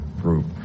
group